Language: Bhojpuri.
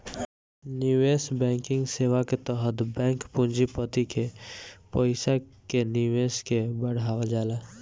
निवेश बैंकिंग सेवा के तहत बैंक पूँजीपति के पईसा के निवेश के बढ़ावल जाला